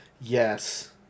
Yes